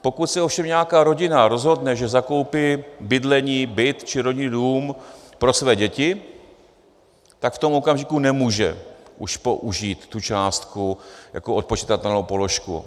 Pokud se ovšem nějaká rodina rozhodne, že zakoupí bydlení, byt či rodinný dům pro své děti, tak v tom okamžiku nemůže už použít tu částku jako odpočitatelnou položku.